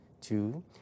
Two